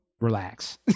relax